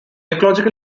ecological